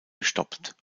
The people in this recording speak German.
gestoppt